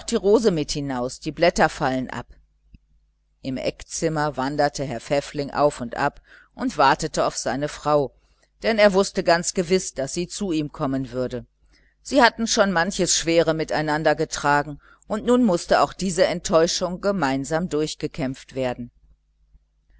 rose mit hinaus die blätter fallen ab im eckzimmer wanderte herr pfäffling auf und ab und wartete auf seine frau denn er wußte ganz gewiß daß sie zu ihm kommen würde sie hatten schon manches schwere miteinander getragen und nun mußte auch diese enttäuschung gemeinsam durchgekämpft werden